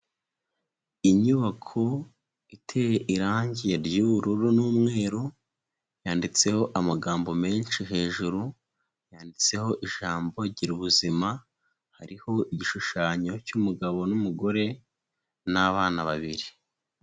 Inyubako iteye irangi ry'ubururu n'umweru, yanditseho amagambo menshi hejuru, yanditseho ijambo Girubuzima, hariho igishushanyo cy'umugabo n'umugore n'abana babiri.